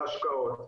על השקעות.